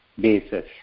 bases